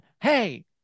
Hey